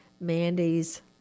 Mandy's